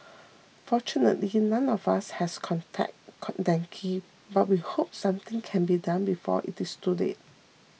fortunately none of us has contracted dengue but we hope something can be done before it's too late